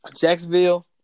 Jacksonville